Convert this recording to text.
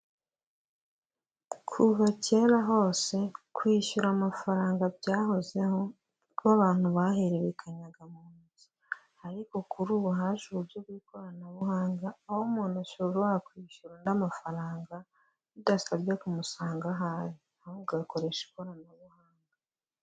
Kuva kera hose kwishyura amafaranga byahozeho kuko abantu bahererekanyaga mu ntoki. Ariko, kuri ubu haje uburyo bw'ikoranabuhanga aho umuntu ashobora wakwishyura undi mafaranga, bidasabye kumusanga aho ari ahubwo agakoresha ikoranabuhanga.